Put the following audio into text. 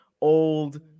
old